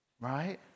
Right